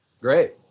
Great